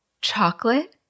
Chocolate